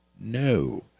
No